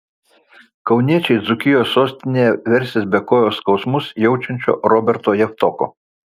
kauniečiai dzūkijos sostinėje versis be kojos skausmus jaučiančio roberto javtoko